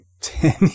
ten